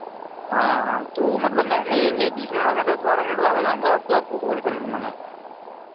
हाँ हाँ तो मतलब मैं नहीं मैं बीस मिनट में दस बारह मिनट बाद आ जाऊँगा अब तो आपको कॉल कर लूँगा मैं